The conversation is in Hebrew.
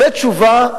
זה תשובה?